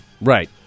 Right